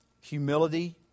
humility